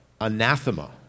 anathema